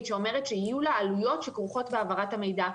שאומרת שיהיו לה עלויות שכרוכות בהעברת המידע.